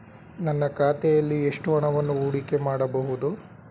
ನನ್ನ ಖಾತೆಯಲ್ಲಿ ಎಷ್ಟು ಹಣವನ್ನು ಹೂಡಿಕೆ ಮಾಡಬಹುದು?